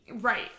Right